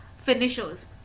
finishers